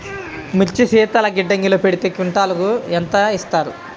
మిర్చి శీతల గిడ్డంగిలో పెడితే క్వింటాలుకు ఎంత ఇస్తారు?